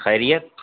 خیریت